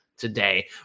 today